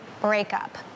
breakup